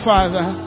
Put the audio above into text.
Father